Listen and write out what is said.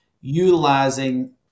utilizing